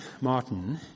Martin